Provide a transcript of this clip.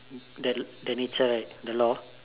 the the nature right the law